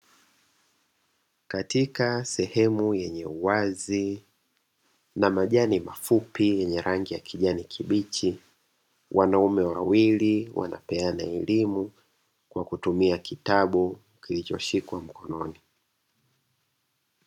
Katika sehemu yenye uwazi na majani mafupi, yenye rangi ya kijani kibichi, wanaume wawili wanapeana elimu kwa kutumia kitabu, kilicho shikwa mkononi.